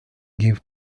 give